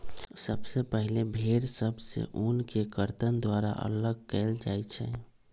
सबसे पहिले भेड़ सभ से ऊन के कर्तन द्वारा अल्लग कएल जाइ छइ